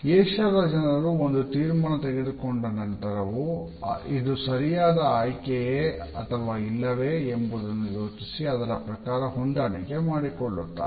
ಏಷ್ಯಾದ ಜನರು ಒಂದು ತೀರ್ಮಾನ ತೆಗೆದುಕೊಂಡ ನಂತರವೂ ಇದು ಸರಿಯಾದ ಆಯ್ಕೆಯೇ ಅಥವಾ ಇಲ್ಲವೇ ಎಂಬುದನ್ನು ಯೋಚಿಸಿ ಅದರ ಪ್ರಕಾರ ಹೊಂದಾಣಿಕೆ ಮಾಡಿಕೊಳ್ಳುತ್ತಾರೆ